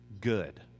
good